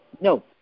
No